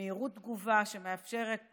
במהירות תגובה, שמאפשרת,